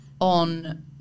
on